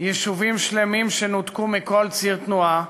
יישובים שלמים שנותקו מכל ציר תנועה,